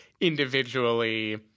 individually